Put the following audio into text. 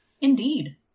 Indeed